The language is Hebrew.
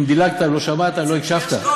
אם דילגתי, לא שמעת, לא הקשבת.